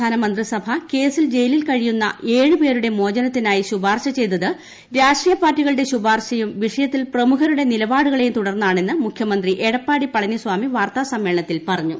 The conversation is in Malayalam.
സംസ്ഥാന മന്ത്രിസഭ കേസിൽ ജയിലിൽ കൃഷ്ടിയുന്ന് ഏഴുപേരുടെ മോചനത്തിനായി ശുപാർശ ഉചയ്ത്ത് രാഷ്ട്രീയ പാർട്ടികളുടെ ശുപാർശയും വിഷയത്തിൽ പ്രമുഖരുടെ നിലപാടുകളെയും തുടർന്നാണെന്ന് മുഖ്യമിന്ത് എടപ്പാടി പളനിസ്വാമി വാർത്താ സമ്മേളനത്തിൽ പറഞ്ഞു